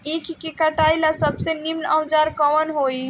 ईख के कटाई ला सबसे नीमन औजार कवन होई?